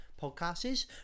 Podcasts